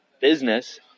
business